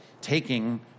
taking